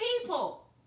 people